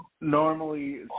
normally